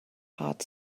heart